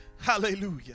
Hallelujah